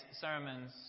sermons